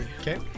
Okay